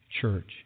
church